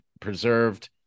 preserved